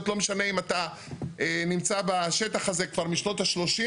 לא משנה אם אתה נמצא בשטח הזה כבר משנות ה-30',